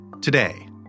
today